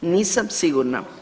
Nisam sigurna.